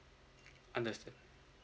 understand